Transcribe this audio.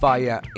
Fire